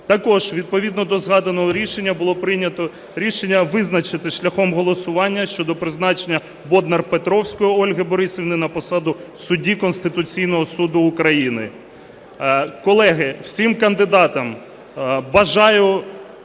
Також відповідно до згаданого рішення було прийнято рішення визначити шляхом голосування щодо призначення Боднар-Петровської Ольги Борисівни на посаду судді Конституційного Суду України. Колеги, всім кандидатам бажаю